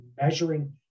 measuring